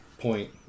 point